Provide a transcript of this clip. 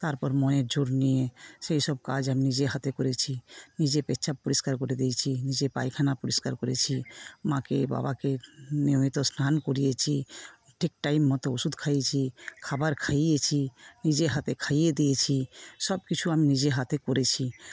তারপর মনের জোর নিয়ে সেসব কাজ আমি নিজে হাতে করেছি নিজে পেচ্ছাপ পরিষ্কার করে দিয়েছি যে পায়খানা পরিষ্কার করেছি মাকে বাবাকে নিয়মিত স্নান করিয়েছি ঠিক টাইম মতো ওষুধ খাইয়েছি খাবার খাইয়েছি নিজের হাতে খাইয়ে দিয়েছি সব কিছু আমি নিজে হাতে করেছি